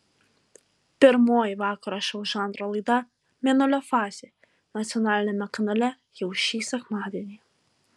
pirmoji vakaro šou žanro laida mėnulio fazė nacionaliniame kanale jau šį sekmadienį